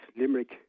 Limerick